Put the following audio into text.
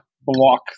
block